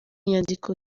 nyandiko